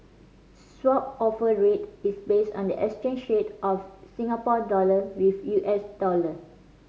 Swap Offer Rate is based on the exchange rate of Singapore dollar with U S dollar